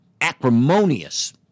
acrimonious